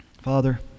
Father